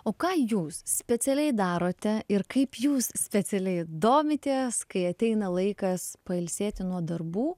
o ką jūs specialiai darote ir kaip jūs specialiai domitės kai ateina laikas pailsėti nuo darbų